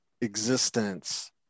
existence